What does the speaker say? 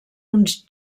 uns